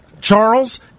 Charles